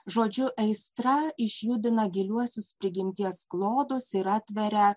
žodžiu aistra išjudina giliuosius prigimties klodus ir atveria